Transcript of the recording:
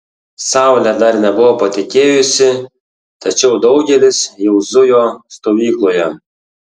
saulė dar nebuvo patekėjusi tačiau daugelis jau zujo stovykloje